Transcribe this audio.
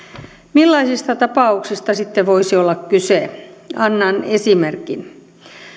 millaisista tapauksista sitten voisi olla kyse annan esimerkin